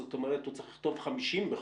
זאת אומרת, הוא צריך לכתוב 50 בחודש